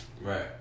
Right